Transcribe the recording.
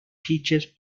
peaches